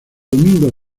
domingo